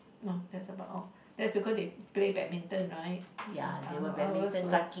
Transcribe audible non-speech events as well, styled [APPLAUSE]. no that's about all that's because they play badminton right [NOISE] I was were